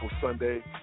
Sunday